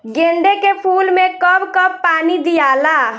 गेंदे के फूल मे कब कब पानी दियाला?